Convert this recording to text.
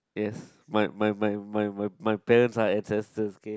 yes my my my my my my parents are ancestors okay